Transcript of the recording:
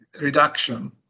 reduction